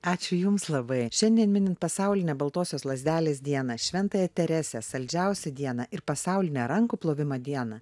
ačiū jums labai šiandien minint pasaulinę baltosios lazdelės dieną šventąją teresę saldžiausią dieną ir pasaulinę rankų plovimo dieną